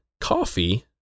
coffee